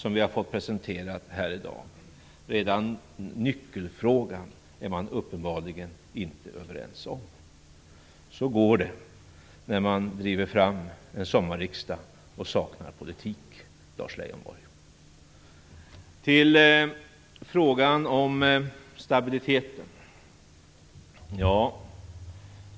Uppenbarligen är man inte ens överens om nyckelfrågan. Så går det när man driver fram en sommarriksdag och saknar politik, Lars Leijonborg. Så till frågan om stabiliteten.